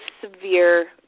severe